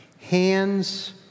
hands